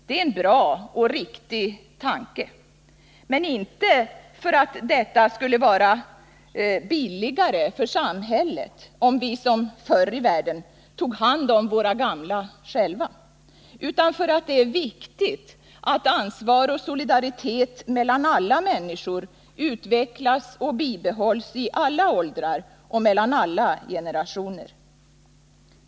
Det är en bra och riktig tanke, men inte för att det skulle vara billigare för samhället om vi, som förr i världen, tog hand om våra gamla själva, utan för att det är riktigt att ansvar och solidaritet mellan alla människor utvecklas och bibehålls i alla åldrar och mellan alla generationer.